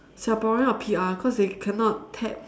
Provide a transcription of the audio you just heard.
singaporean or P_R cause they cannot tap